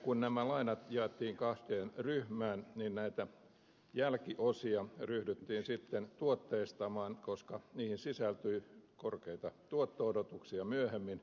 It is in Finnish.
kun nämä lainat jaettiin kahteen ryhmään niin näitä jälkiosia ryhdyttiin sitten tuotteistamaan koska niihin sisältyi korkeita tuotto odotuksia myöhemmin